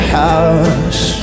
house